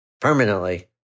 permanently